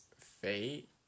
Fate